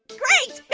great